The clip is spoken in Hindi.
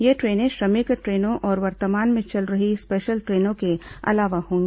ये ट्रेनें श्रमिक ट्रेनों और वर्तमान में चल रही स्पेशल ट्रेनों के अलावा होंगी